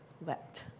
wept